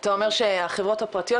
אתה אומר שהחברות הפרטיות,